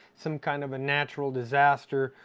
some kind of a natural disaster,